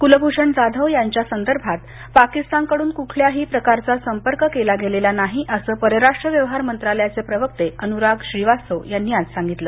कुलभूषण जाधव यांच्या संदर्भात पाकिस्तानकडून कुठल्याही प्रकारचा संपर्क केला गेलेला नाही असं परराष्ट्र व्यवहार मंत्रालयाचे प्रवक्ते अनुराग श्रीवास्तव यांनी आज सांगितलं